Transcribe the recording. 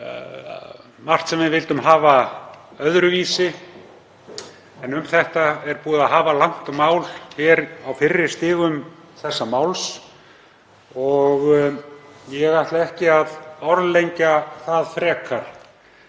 margt sem við vildum hafa öðruvísi, en um þetta er búið að hafa langt mál hér á fyrri stigum þessa máls og ég ætla ekki að orðlengja það frekar.